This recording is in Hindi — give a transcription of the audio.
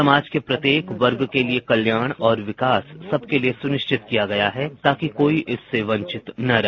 समाज के प्रत्येक वर्ग के लिए कल्याण और विकास सबके लिए सुनिश्चित किया गया है ताकि कोई इससे वंचित न रहे